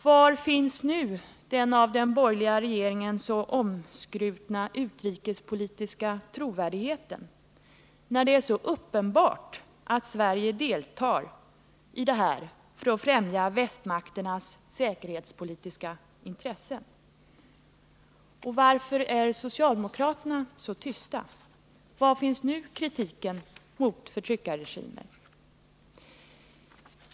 Var finns nu den av den borgerliga regeringen så omskrutna utrikespolitiska trovärdigheten, när det är så uppenbart att Sverige deltar i detta för att främja västmakternas säkerhetspolitiska intressen? Och varför är socialdemokraterna så tysta? Var finns nu kritiken mot förtryckarregimer?